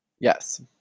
Yes